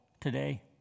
today